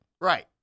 Right